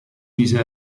mise